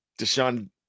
Deshaun